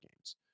games